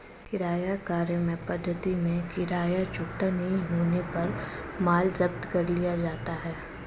किराया क्रय पद्धति में किराया चुकता नहीं होने पर माल जब्त कर लिया जाता है